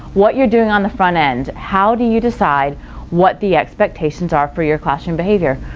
what you're doing on the front end, how do you decide what the expectations are for your classroom behavior.